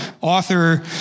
author